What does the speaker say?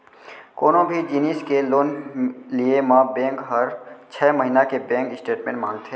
कोनों भी जिनिस के लोन लिये म बेंक हर छै महिना के बेंक स्टेटमेंट मांगथे